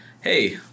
hey